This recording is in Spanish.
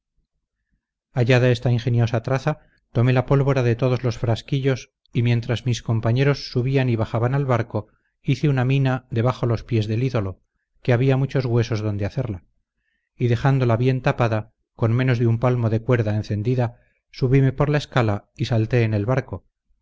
hallada esta ingeniosa traza tomé la pólvora de todos los frasquillos y mientras mis compañeros subían y bajaban al barco hice una mina debajo los pies del ídolo que había muchos huesos donde hacerla y dejándola bien tapada con menos de un palmo de cuerda encendida subime por la escala y salté en el barco